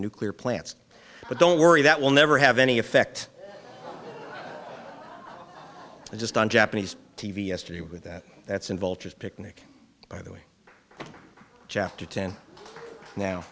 nuclear plants but don't worry that will never have any effect just on japanese t v yesterday with that that's involved as picnic by the way chapter ten now